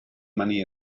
money